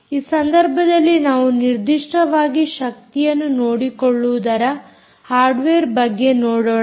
ಈ ಸಂದರ್ಭದಲ್ಲಿ ನಾವು ನಿರ್ದಿಷ್ಟವಾಗಿ ಶಕ್ತಿಯನ್ನು ನೋಡಿಕೊಳ್ಳುವುದರ ಹಾರ್ಡ್ವೇರ್ಬಗ್ಗೆ ನೋಡೋಣ